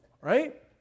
Right